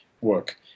work